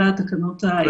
שאלה התקנות העיקריות.